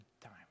time